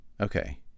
Okay